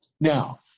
Now